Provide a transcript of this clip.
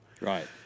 Right